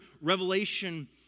Revelation